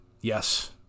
Yes